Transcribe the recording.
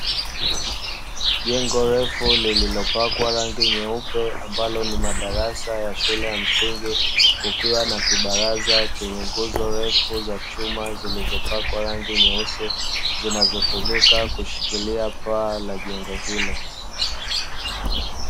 Jengo refu lililopakwa rangi nyeupe ambalo ni madarasa ya shule ya msingi, kukiwa na kibaraza chenye nguzo refu za chuma zilizopakwa rangi nyeusi, zinazotumika kushikilia paa la jengo hilo.